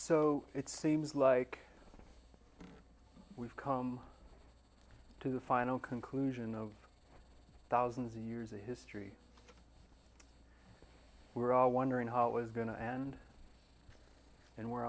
so it seems like we've come to the final conclusion of thousands of years of history we're all wondering how it was going to and and we're